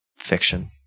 Fiction